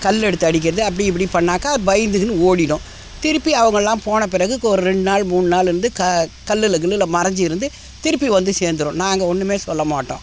கல் எடுத்து அடிக்கிறது அப்படி இப்படி பண்ணாக்கா பயந்துக்கின்னு ஓடிவிடும் திருப்பி அவங்கள்லாம் போன பிறகு கொ ஒரு ரெண்டு நாள் மூணு நாள் இருந்து க கல்லில் கில்லுல மறைஞ்சி இருந்து திருப்பி வந்து சேந்துடும் நாங்கள் ஒன்றுமே சொல்ல மாட்டோம்